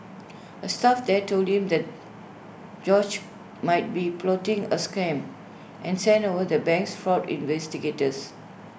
A staff there told him that George might be plotting A scam and sent over the bank's fraud investigators